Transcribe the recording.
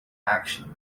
actions